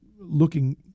looking